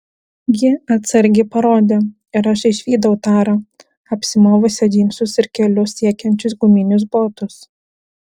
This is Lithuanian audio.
ji atsargiai parodė ir aš išvydau tarą apsimovusią džinsus ir kelius siekiančius guminius botus